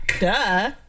Duh